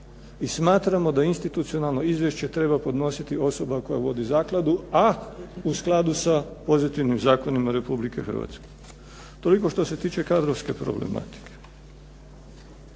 i smatramo da institucionalno izvješće treba podnositi osoba koja vodi zakladu, a u skladu sa pozitivnim zakonima Republike Hrvatske. Toliko što se tiče kadrovske problematike.